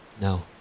No